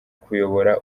kuyobora